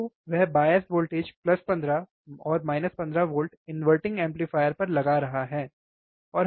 तो वह bias voltage 15 15 V inverting amplifier पर लगा रहा है ठीक है